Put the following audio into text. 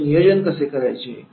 त्याचे नियोजन कसे करायचे